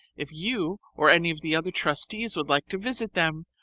if you or any of the other trustees would like to visit them,